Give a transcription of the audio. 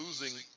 losing